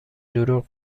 دروغ